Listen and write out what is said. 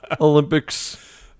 Olympics